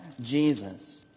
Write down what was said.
Jesus